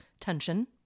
tension